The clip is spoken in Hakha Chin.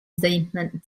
zeihmanh